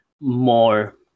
more